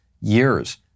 years